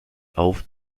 auf